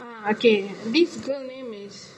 ah okay girl name is